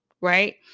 right